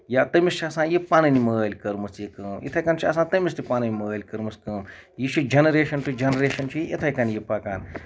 یا تٔمِس چھےٚ آسان یہِ پَنٕنۍ مٲلۍ کٔرمٕژ یہِ کٲم یِتھٕے کَن چھِ آسان تٔمِس تہِ کٔرمٕژ پَنٕنۍ مٲلۍ کٔرمٕژ کٲم یہِ چھِ جینریشن ٹُہ جینریشن چھِ یہِ یِتھٕے کٔن یہِ پَکان